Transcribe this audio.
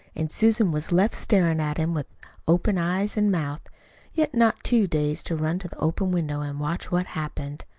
and susan was left staring at him with open eyes and mouth yet not too dazed to run to the open window and watch what happened.